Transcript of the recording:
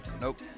nope